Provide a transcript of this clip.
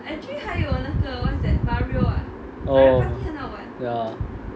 oh ya